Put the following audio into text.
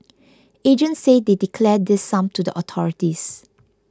agents say they declare this sum to the authorities